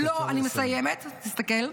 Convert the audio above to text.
אני מסיימת, תסתכל.